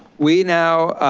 we now